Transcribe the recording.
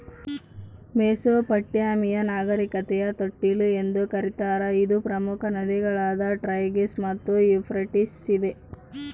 Mesopotamia ನಾಗರಿಕತೆಯ ತೊಟ್ಟಿಲು ಎಂದು ಕರೀತಾರ ಇದು ಪ್ರಮುಖ ನದಿಗಳಾದ ಟೈಗ್ರಿಸ್ ಮತ್ತು ಯೂಫ್ರಟಿಸ್ ಇದೆ